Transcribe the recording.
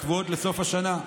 הקבועות לסוף השנה,